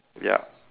ya